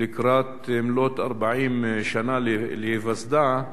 לקראת מלאות 40 שנה להיווסדה,